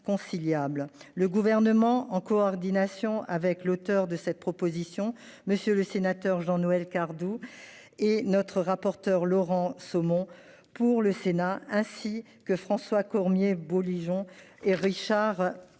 Le gouvernement en coordination avec l'auteur de cette proposition, monsieur le sénateur Jean-Noël Cardoux et notre rapporteur Laurent Somon pour le Sénat ainsi que François Cormier Bouligeon et Richard.